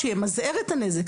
שימזער את הנזק,